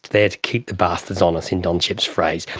there to keep the bastards honest, in don chipp's phrase.